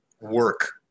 work